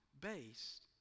based